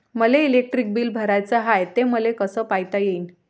मले electric bill भराचं हाय, ते मले कस पायता येईन?